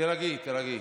תירגעי, תירגעי.